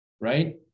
right